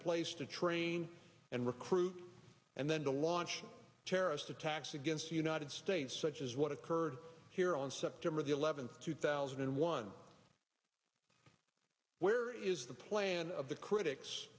place to train and recruit and then to launch terrorist attacks against the united states such as what occurred here on september the eleventh two thousand and one where is the plan of the critics